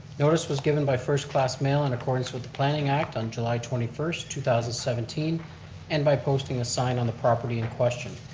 notice was given by first class mail in accordance with the planning act on july twenty first, two thousand and seventeen and by posting a sign on the property in question.